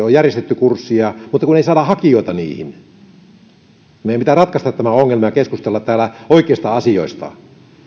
on järjestetty kursseja mutta kun ei saada hakijoita niihin meidän pitää ratkaista tämä ongelma ja keskustella täällä oikeista asioista